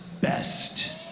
best